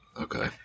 Okay